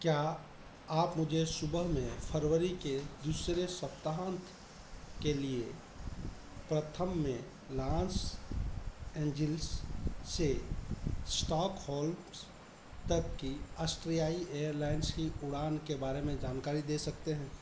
क्या आप मुझे सुबह में फरवरी के दूसरे सप्ताहांत के लिए प्रथम में लान्स एंजिलीस से स्टॉकहोल्म्स तक की आस्ट्रियाई एयरलाइंस की उड़ान के बारे में जानकारी दे सकते हैं